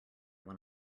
when